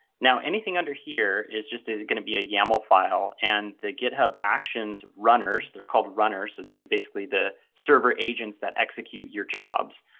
now, anything under here is just ah going to be a yaml file and the github actions runners, they're called runners, so these are basically the server agents that execute your jobs,